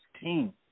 team